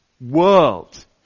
world